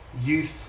youth